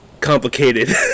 complicated